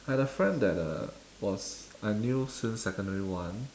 I had a friend that uh was I knew since secondary one